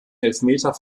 elfmeter